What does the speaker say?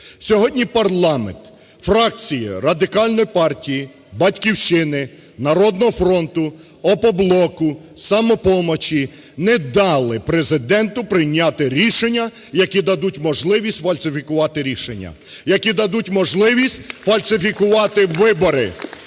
Сьогодні парламент, фракції Радикальної партії, "Батьківщина", "Народного фронту", "Опоблоку", "Самопомочі" не дали Президенту прийняти рішення, які дадуть можливість фальсифікувати рішення, які дадуть можливість фальсифікувати вибори.